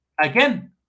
again